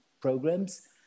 programs